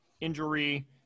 injury